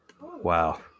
Wow